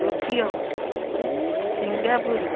Tokyo Singapore